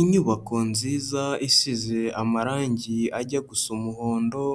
Inyubako nziza isize amarangi ajya gusa umuhondo,